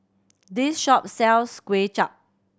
this shop sells Kuay Chap